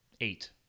Eight